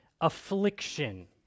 affliction